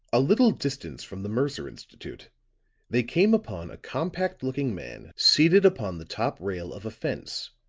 a little distance from the mercer institute they came upon a compact looking man seated upon the top rail of a fence,